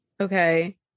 Okay